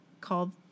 called